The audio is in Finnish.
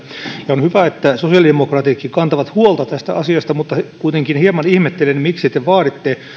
on hyvä että sosiaalidemokraatitkin kantavat huolta tästä asiasta mutta kuitenkin hieman ihmettelen miksi te vaaditte